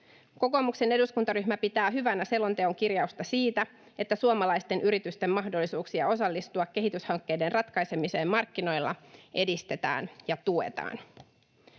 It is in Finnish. Kokoomuksen eduskuntaryhmä pitää hyvänä selonteon kirjausta siitä, että suomalaisten yritysten mahdollisuuksia osallistua kehityshankkeiden ratkaisemiseen markkinoilla edistetään ja tuetaan.